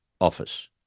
Office